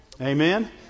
Amen